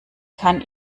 kann